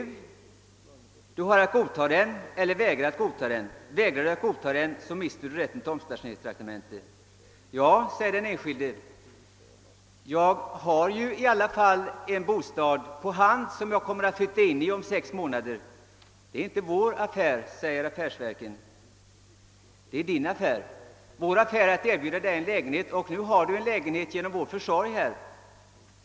Du har att godta den eller vägra att göra det. Vägrar Du, mister Du rätten till omstationeringstraktamente.» Den enskilde säger kanske då: »Jag har en bostad på hand som jag kommer att flytta in i om sex månader.» — »Det är inte vår affär», säger affärsverken, »det är Din affär. Vi skall erbjuda Dig en lägenhet och nu har Du en sådan genom vår försorg.